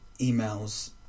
emails